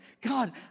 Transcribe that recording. God